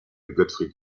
gottfried